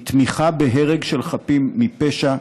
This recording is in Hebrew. היא תמיכה בהרג של חפים מפשע,